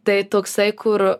tai toksai kur